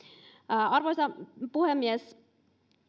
arvoisa puhemies